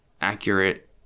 accurate